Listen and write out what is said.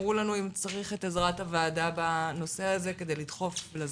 תאמרו לנו אם צריך את עזרת הוועדה בנושא הזה כדי לדחוף ולזרז.